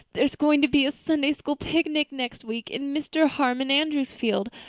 there's going to be a sunday-school picnic next week in mr. harmon andrews's field,